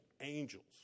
angels